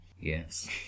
yes